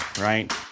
right